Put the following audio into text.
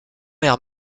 mère